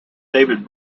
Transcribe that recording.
david